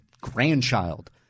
grandchild